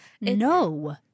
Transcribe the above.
No